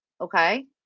okay